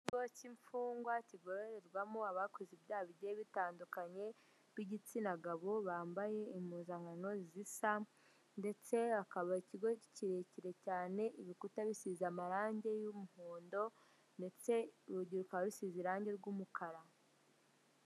Ikigo cy'imfungwa kigororerwamo abakoze ibyaha bigiye bitandukanye b'igitsina gabo bambaye impuzankano zisa ndetse hakaba ikigo kirekire cyane ibikuta bisize amarange y'umuhondo ndetse urugi rukaba rusize irangi ry'umukara.